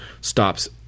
stops